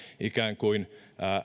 ikään kuin